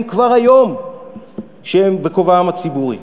לו כבר היום כשהם בכובעם הציבורי.